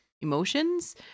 emotions